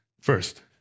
First